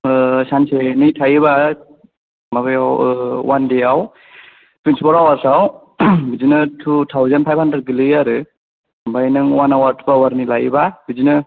सानसेनि थायोबा माबायाव अवान दे याव थुइनथिफर हावार्स आव बिदिनो थु थाउजेन्द फाइभ हान्ड्रेद गोलैयो आरो ओमफ्राय नों अवान हावार थु हावार नि लायोबा बिदिनो